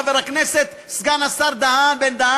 חבר הכנסת סגן השר בן-דהן,